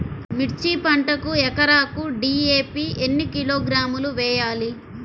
మిర్చి పంటకు ఎకరాకు డీ.ఏ.పీ ఎన్ని కిలోగ్రాములు వేయాలి?